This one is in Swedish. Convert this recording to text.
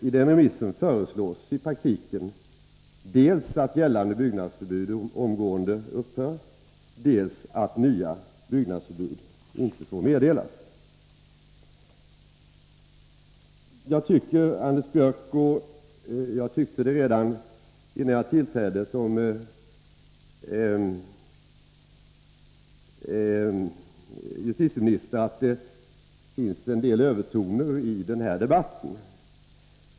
I denna remiss föreslås dels att gällande byggnadsförbud omgående upphör, dels att nya byggnadsförbud inte får meddelas. Jag tycker, Anders Björck, att det finns en del övertoner i denna debatt. Det tyckte jag f. ö. redan innan jag tillträdde som justitieminister.